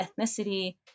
ethnicity